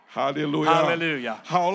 Hallelujah